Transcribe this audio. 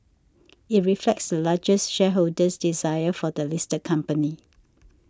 it reflects the largest shareholder's desire for the listed company